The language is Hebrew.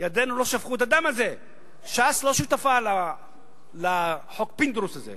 "ידינו לא שפכו את הדם הזה"; ש"ס לא שותפה לחוק פינדרוס הזה.